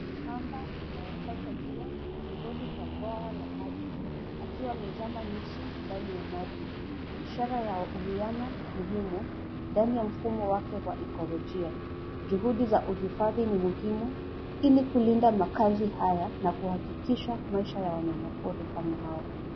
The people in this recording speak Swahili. Mamba anayeota jua ukingoni mwa bwawa la maji akiwa amezama nusu ndani ya maji ishara ya uiano muhimu ndani ya mfumo wake ya ekolojia. Juhudi za uhifadhi ni muhimu ili kulinda makazi haya na kuhakikisha maisha ya wanyama pori kama hawa.